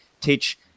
teach